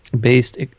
based